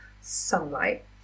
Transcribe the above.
sunlight